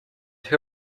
who